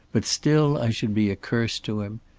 but still i should be a curse to him.